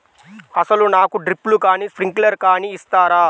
అసలు నాకు డ్రిప్లు కానీ స్ప్రింక్లర్ కానీ ఇస్తారా?